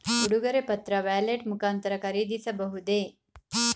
ಉಡುಗೊರೆ ಪತ್ರ ವ್ಯಾಲೆಟ್ ಮುಖಾಂತರ ಖರೀದಿಸಬಹುದೇ?